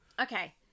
Okay